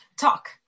talk